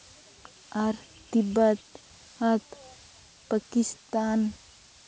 ᱟᱨ Tibet ᱟᱨ ᱯᱟᱠᱤᱥᱛᱟᱱ